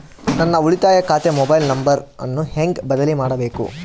ನನ್ನ ಉಳಿತಾಯ ಖಾತೆ ಮೊಬೈಲ್ ನಂಬರನ್ನು ಹೆಂಗ ಬದಲಿ ಮಾಡಬೇಕು?